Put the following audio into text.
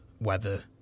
weather